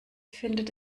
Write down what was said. findet